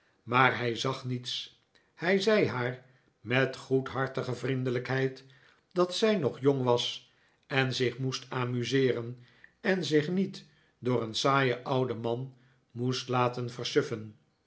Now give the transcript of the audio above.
maar hij zag niets hij zei haar met goedhartige vriendelijkheid dat zij nog jong was en zich moest amuseeren en zich niet door een saaien ouden man moest laten